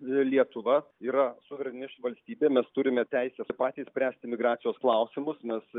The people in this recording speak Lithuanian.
lietuva yra suvereni valstybė mes turime teisę patys spręsti migracijos klausimus mes